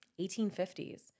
1850s